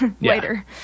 later